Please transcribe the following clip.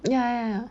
ya ya ya